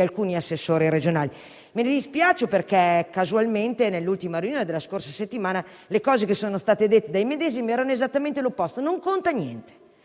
alcuni assessori regionali. Me ne dispiaccio, perché casualmente, nell'ultima riunione della scorsa settimana, le medesime persone hanno detto cose esattamente opposte. Ma non conta niente,